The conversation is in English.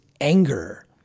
anger